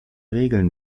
regeln